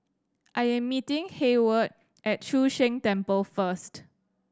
I am meeting Hayward at Chu Sheng Temple first